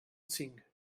cinc